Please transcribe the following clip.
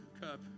cup